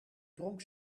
dronk